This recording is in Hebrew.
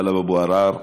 טלב אבו עראר,